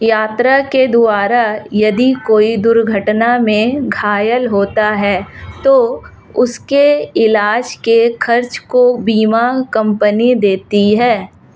यात्रा के दौरान यदि कोई दुर्घटना में घायल होता है तो उसके इलाज के खर्च को बीमा कम्पनी देती है